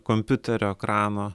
kompiuterio ekrano